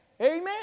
Amen